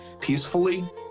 peacefully